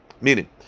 Meaning